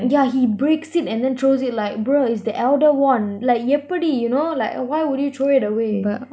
yeah he breaks it and then throws it like bro it's the elder wand like எப்பிடி:epidi you know like why would you throw that away